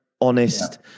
honest